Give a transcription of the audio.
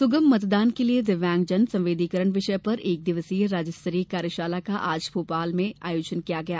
सुगम मतदान के लिये दिव्यांगजन संवेदनीकरण विषय पर एक दिवसीय राज्य स्तरीय कार्यशाला आज भोपाल में आयोजित की गई